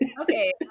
okay